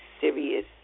serious